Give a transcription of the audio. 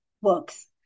works